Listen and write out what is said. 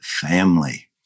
family